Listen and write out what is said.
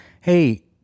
hey